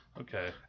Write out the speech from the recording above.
Okay